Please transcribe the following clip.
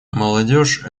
молодежь